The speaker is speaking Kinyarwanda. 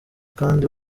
kandi